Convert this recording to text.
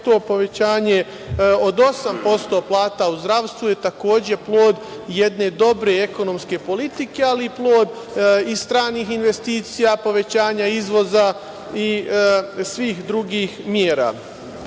to povećanje od 8% plata u zdravstvu je takođe plod jedne dobre ekonomske politike, ali i plod stranih investicija, povećanja izvoza i svih drugih mera. Ono